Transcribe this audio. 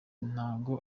ntago